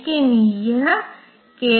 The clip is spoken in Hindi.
इसलिए यहां कंपाइलर को एक भूमिका निभानी है